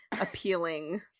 appealing